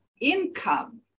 income